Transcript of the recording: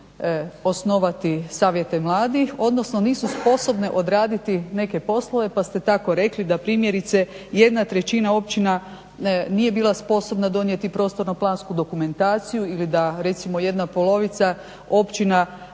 osnovati savjete mladih odnosno nisu sposobne odraditi neke poslove pa ste tako rekli da primjerice jedna trećina općina nije bila sposobna donijeti prostorno-plansku dokumentaciju ili recimo da jedna polovica općina